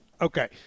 Okay